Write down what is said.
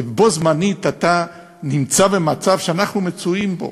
ובו-זמנית אתה נמצא במצב שאנחנו מצויים בו,